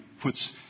puts